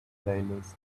playlist